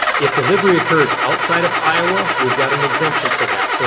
if delivery occurs outside of iowa we've got an exemption for that. so